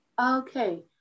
Okay